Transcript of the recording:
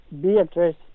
Beatrice